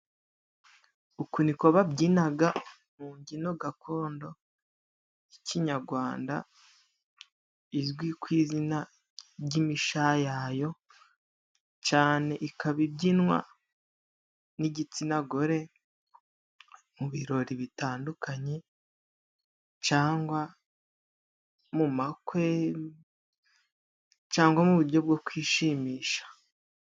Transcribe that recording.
Uku niko babyinaga mu imbyino gakondo y'ikinyarwanda izwi ku izina ry'imishayayo, cyane ikaba ibyinwa n'igitsina gore mu birori bitandukanye, cangwa mu amakwe, cangwa mu uburyo bwo kwishimisha.